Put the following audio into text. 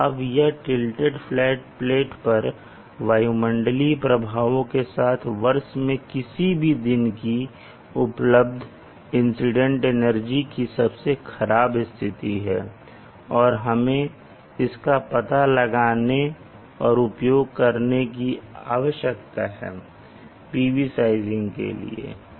अब यह tilted flat plate पर वायुमंडलीय प्रभावों के साथ वर्ष में किसी भी दिन की उपलब्ध इंसीडेंट एनर्जी की सबसे खराब स्थिति है और हमें इसका पता लगाने और उपयोग करने की आवश्यकता है PV साइजिंग के लिए